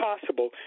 possible